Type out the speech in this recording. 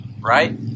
right